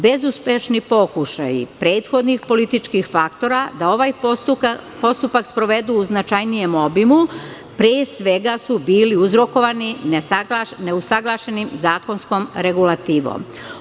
Bezuspešni pokušaji prethodnih političkih faktora da ovaj postupak sprovedu u značajnijem obimu, pre svega, su bili uzrokovani neusaglašenom zakonskom regulativom.